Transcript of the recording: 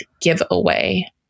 giveaway